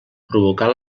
provocar